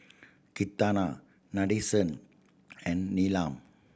Ketna Nadesan and Neelam